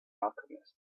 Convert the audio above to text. alchemist